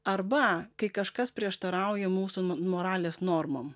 arba kai kažkas prieštarauja mūsų moralės normom